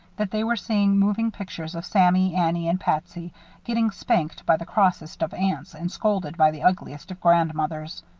that they were seeing moving pictures of sammy, annie, and patsy getting spanked by the crossest of aunts and scolded by the ugliest of grandmothers.